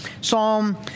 Psalm